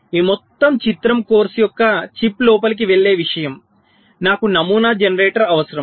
ఈ మొత్తం చిత్రం కోర్సు యొక్క చిప్ లోపలికి వెళ్ళే విషయం నాకు నమూనా జనరేటర్ అవసరం